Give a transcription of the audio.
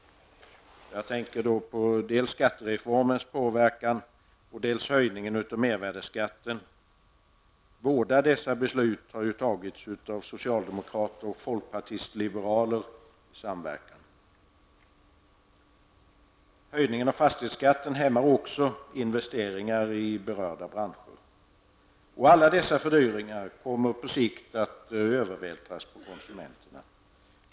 Jag tänker på dels skattereformens påverkan, dels höjningen av mervärdeskatten. Båda dessa beslut har fattats av socialdemokrater och folkpartister liberaler i samverkan. Höjningen av fastighetsskatten hämmar också investeringar i berörda branscher. Alla dessa fördyringar kommer på sikt att övervältras på konsumenterna.